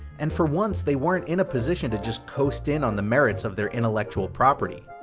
and for once they weren't in a position to just coast in on the merits of their intellectual property.